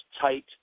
tight